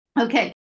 Okay